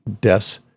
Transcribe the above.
deaths